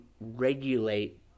regulate